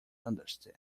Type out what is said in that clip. understand